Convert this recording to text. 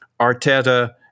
Arteta